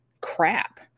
crap